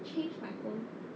change my whole